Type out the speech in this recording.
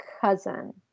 cousin